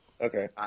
Okay